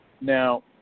Now